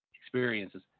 experiences